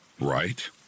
right